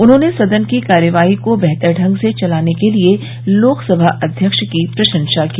उन्होंने सदन की कार्यवाही को बेहतर ढंग से चलाने के लिए लोकसभा अध्यक्ष की प्रशंसा की